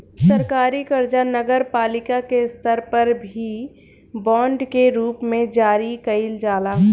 सरकारी कर्जा नगरपालिका के स्तर पर भी बांड के रूप में जारी कईल जाला